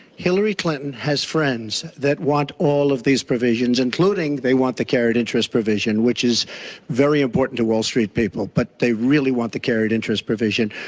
hillary clinton has friends that want all of these provisions, including, they want the carried interest provision, which is very important to wall street people, but they really want the carried interest provision,